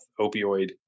opioid